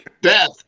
Death